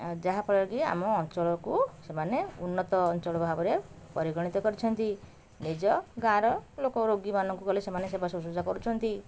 ଆ ଯାହାଫଳରେକି ଆମ ଅଞ୍ଚଳକୁ ସେମାନେ ଉନ୍ନତ ଅଞ୍ଚଳ ଭାବରେ ପରିଗଣିତ କରିଛନ୍ତି ନିଜ ଗାଁର ଲୋକ ରୋଗୀମାନଙ୍କୁ ଗଲେ ସେମାନେ ସେବାଶୁଶ୍ରୂଷା କରୁଛନ୍ତି